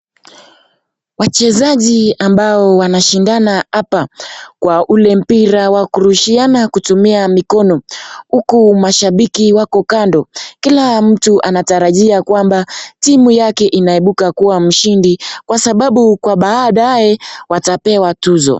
Wachezaji ambao wanashindana hapa kwa ule mpira wa kurushiana kutumia mikono uku mashambiki wako kando. Kila mtu anatarajia kwamba timu yake inaibuka kuwa mshindi kwa sababu kwa baadaye watapewa tuzo.